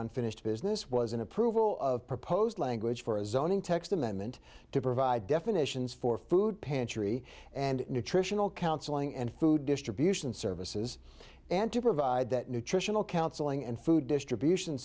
unfinished business was an approval of proposed language for a zoning text amendment to provide definitions for food pantry and nutritional counseling and food distribution services and to provide that nutritional counseling and food distribution